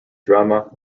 drama